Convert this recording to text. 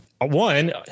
one